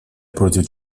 против